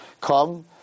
come